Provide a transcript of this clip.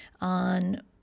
on